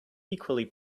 equally